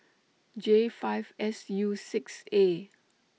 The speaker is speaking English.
J five S U six A